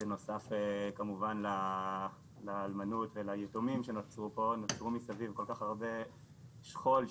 בנוסף כמובן לאלמנות וליתומים שנוצרו פה נוצר מסביב כל כך הרבה שכול,